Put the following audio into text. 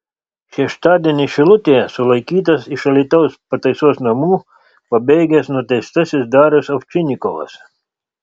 šeštadienį šilutėje sulaikytas iš alytaus pataisos namų pabėgęs nuteistasis darius ovčinikovas